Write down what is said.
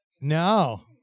No